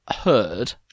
heard